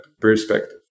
perspective